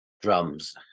drums